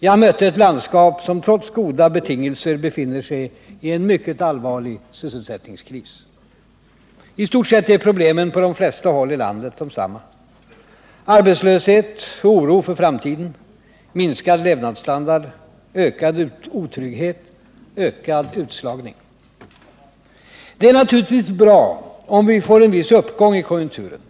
Jag mötte ett landskap som trots goda betingelser befinner sig i en mycket besvärlig sysselsättningskris. I stort sett är problemen på de flesta håll i landet desamma: arbetslöshet och oro för framtiden, minskad levnadsstandard, ökad otrygghet, ökad utslagning. Det är naturligtvis bra om vi nu får en viss uppgång i konjunkturen.